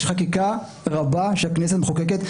יש חקיקה רבה שהכנסת מחוקקת,